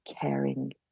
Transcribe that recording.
caring